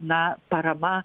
na parama